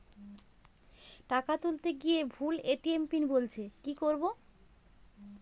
টাকা তুলতে গিয়ে ভুল এ.টি.এম পিন বলছে কি করবো?